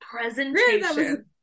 Presentation